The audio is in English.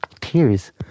tears